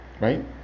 right